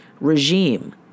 regime